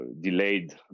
delayed